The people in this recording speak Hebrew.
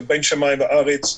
של בין שמיים וארץ.